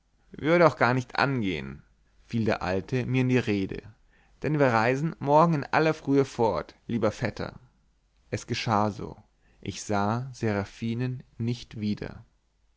würde auch gar nicht angehen fiel der alte mir in die rede denn wir reisen morgen in aller frühe fort lieber vetter es geschah so ich sah seraphinen nicht wieder